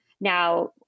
now